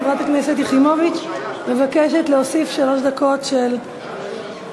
חברת הכנסת יחימוביץ מבקשת להוסיף שלוש דקות של תשובה.